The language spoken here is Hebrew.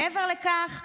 מעבר לכך,